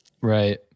Right